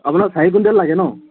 আপোনাক চাৰি কুইণ্টেল লাগে নহ্